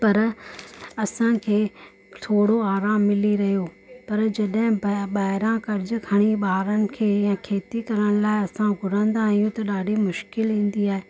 पर असांखे थोरो आरामु मिली रहियो पर जॾहिं ॿाहिरां क़र्ज़ु खणी ॿारनि खे ईअं खेती करण लाइ असां घुरंदो आहियूं त ॾाढी मुश्किल ईंदी आहे